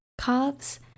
calves